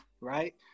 right